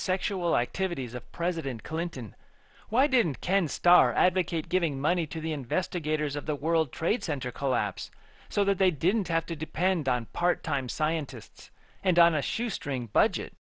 sexual activities of president clinton why didn't ken starr advocate giving money to the investigators of the world trade center collapse so that they didn't have to depend on part time scientist and on a shoestring budget